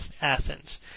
Athens